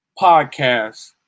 podcast